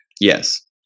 Yes